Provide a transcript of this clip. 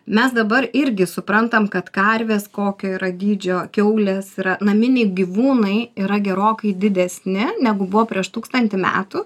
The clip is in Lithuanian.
mes dabar irgi suprantam kad karvės kokio yra dydžio kiaulės yra naminiai gyvūnai yra gerokai didesni negu buvo prieš tūkstantį metų